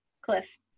cliff